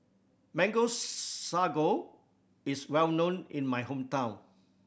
mango sago is well known in my hometown